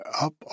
up